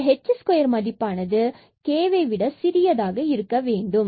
இந்த h square மதிப்பானது k வை விட சிறியதாக இருக்கவேண்டும்